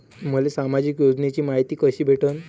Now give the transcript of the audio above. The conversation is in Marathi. मले सामाजिक योजनेची मायती कशी भेटन?